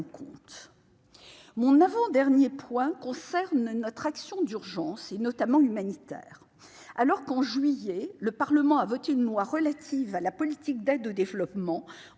compte. Mon avant-dernier point concerne notre action d'urgence, notamment humanitaire. Alors que le Parlement a adopté, en juillet 2021, une loi relative à la politique d'aide au développement-